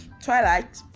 twilight